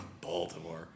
Baltimore